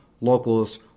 locals